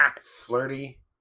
Flirty